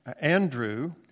Andrew